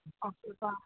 okay பா